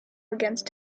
against